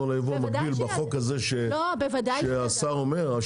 על היבוא המקביל בחוק הזה שהשר אומר?